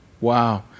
Wow